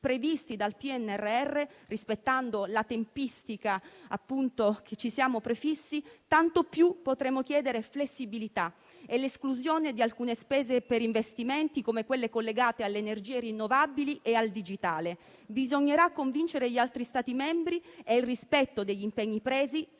previsti dal PNRR, rispettando la tempistica che ci siamo prefissi, tanto più potremo chiedere flessibilità e l'esclusione di alcune spese per investimenti, come quelle collegate alle energie rinnovabili e al digitale. Bisognerà convincere gli altri Stati membri e il rispetto degli impegni presi